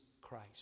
Christ